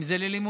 אם זה ללימודים,